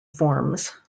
forms